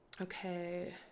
Okay